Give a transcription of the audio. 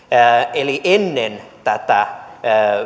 eli ennen tätä